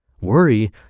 Worry